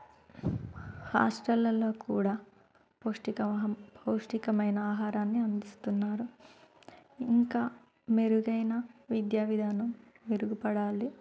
హాస్టల్లల్లో కూడా పౌష్టికవహం పౌష్టికమైన ఆహారాన్ని అందిస్తున్నారు ఇంకా మెరుగైన విద్యా విధానం మెరుగుపడాలి